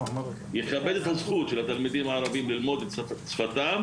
יכבד את הזכות של התלמידים הערבים ללמוד את שפתם